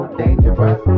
dangerous